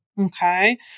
okay